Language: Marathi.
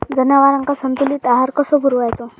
जनावरांका संतुलित आहार कसो पुरवायचो?